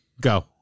go